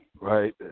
Right